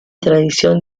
tradición